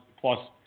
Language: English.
plus